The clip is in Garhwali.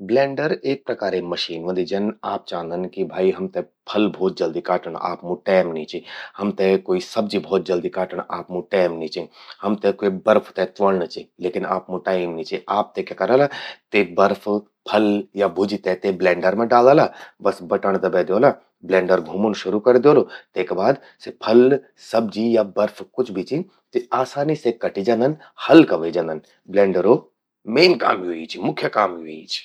ब्लेंडर एक प्रकारे मशीन व्हंदि। जन आप चांदन कि भई फल भौत जल्दी काटण, आप मूं टैम नी च। हमते कोई सब्जि भौत जल्दि काटण, आपमूं टैम नी च। हमते क्वो बर्फ ते त्वौंण चि, लेकिन आप मू टैम नी च। आप क्या करला...ते बर्फ, फल या भुज्जि तै ते ब्लेंडर मां डालला, बस बटण दबे द्योला, ब्लेंडर घूमण शुरू करि द्योलु। तेका बाद सि फल, सब्जी या बर्फ कुछ भी चि, आसानी से कटि जंदन, हल्का ह्वे जंदन। ब्लेंडरो मेन काम यो ही चि, मुख्य काम यो ही चि।